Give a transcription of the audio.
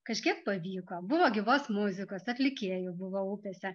kažkiek pavyko buvo gyvos muzikos atlikėjų buvo upėse